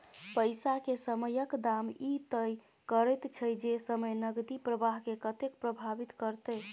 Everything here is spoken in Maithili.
पैसा के समयक दाम ई तय करैत छै जे समय नकदी प्रवाह के कतेक प्रभावित करते